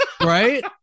right